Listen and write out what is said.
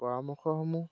পৰামৰ্শসমূহ